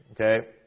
Okay